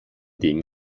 dem